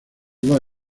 dos